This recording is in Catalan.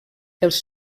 els